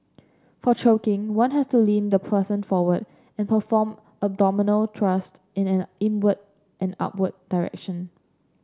for choking one has to lean the person forward and perform abdominal thrust in an inward and upward direction